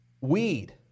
weed